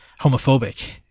homophobic